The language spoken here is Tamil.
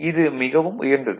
இது மிகவும் உயர்ந்தது